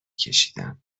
کشیدم